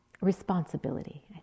Responsibility